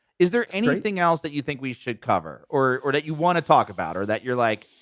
is there anything else that you think we should cover or or that you want to talk about or that you're like,